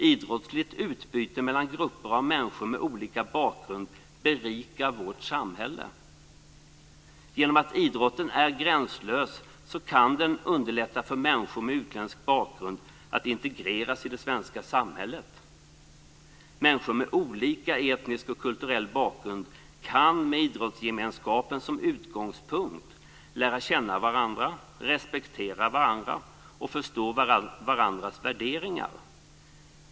Idrottsligt utbyte mellan grupper av människor med olika bakgrund berikar vårt samhälle. Genom att idrotten är gränslös kan den underlätta för människor med utländsk bakgrund att integreras i det svenska samhället. Människor med olika etnisk och kulturell bakgrund kan med idrottsgemenskapen som utgångspunkt lära känna varandra, respektera varandra och förstå varandras värderingar.